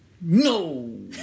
No